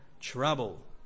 trouble